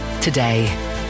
today